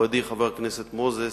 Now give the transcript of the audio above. מכובדי חבר הכנסת מוזס,